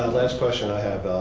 ah last question i have,